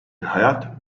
hayat